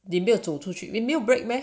they 没有走出去你没有 break meh